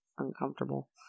uncomfortable